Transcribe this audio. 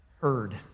Heard